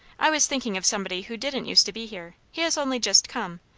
i was thinking of somebody who didn't use to be here. he has only just come.